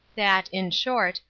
that, in short,